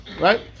Right